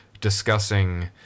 discussing